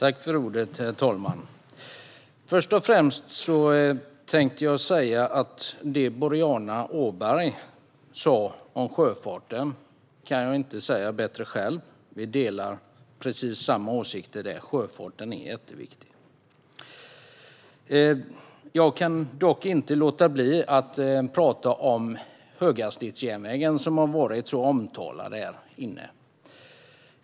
Herr talman! Det Boriana Åberg sa om sjöfarten kan jag inte säga bättre själv. Vi har precis samma åsikt i den frågan - sjöfarten är jätteviktig. Jag kan dock inte låta bli att tala om höghastighetsjärnvägen, som har varit så omtalad här inne i kammaren.